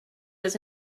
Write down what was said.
was